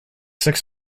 six